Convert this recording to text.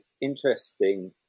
interesting